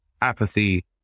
apathy